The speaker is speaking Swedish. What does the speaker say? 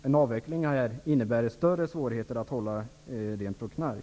En avveckling innebär större svårigheter att hålla rent från knark.